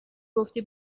گفتی